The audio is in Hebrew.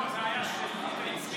לא, זה היה שלי, והצמידו,